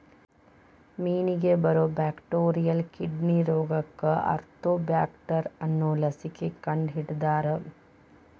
ಮೇನಿಗೆ ಬರು bacterial kidney ರೋಗಕ್ಕ ಆರ್ತೋಬ್ಯಾಕ್ಟರ್ ಅನ್ನು ಲಸಿಕೆ ಕಂಡಹಿಡದಾರ